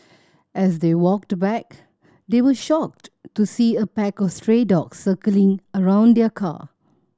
as they walked back they were shocked to see a pack of stray dogs circling around their car